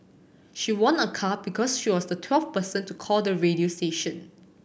she won a car because she was the twelfth person to call the radio station